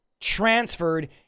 transferred